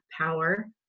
power